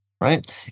right